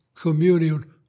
communion